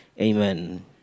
Amen